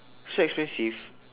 so expensive